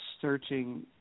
searching